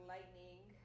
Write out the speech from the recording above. Lightning